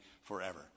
forever